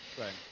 Right